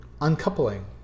uncoupling